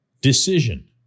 decision